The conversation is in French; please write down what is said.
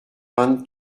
vingt